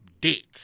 dick